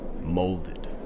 molded